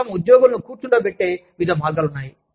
వారు తమ ఉద్యోగులను కూర్చుండబెట్టె వివిధ మార్గాలు ఉన్నాయి